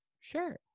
sure